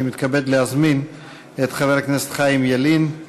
אני מתכבד להזמין את חבר הכנסת חיים ילין,